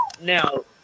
Now